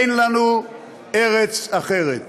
אין לנו ארץ אחרת.